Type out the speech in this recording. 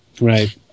Right